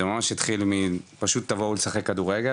זה ממש התחיל מפשוט תבואו לשחק כדורגל,